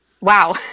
wow